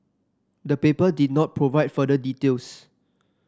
the paper did not provide further details